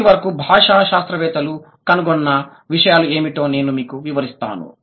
ఇప్పటివరకు భాషా శాస్త్రవేత్తలు కనుగొన్న విషయాలు ఏమిటో నేను మీకు వివరిస్తాను